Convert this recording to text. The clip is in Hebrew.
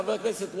חבר הכנסת והבה,